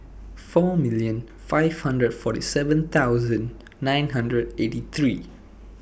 four million five hundred forty seven thousand nine hundred eighty three